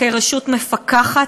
כרשות המפקחת,